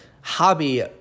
hobby